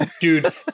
Dude